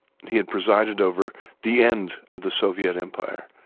he had presided over the end of the soviet empire.